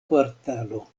kvartalo